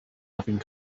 having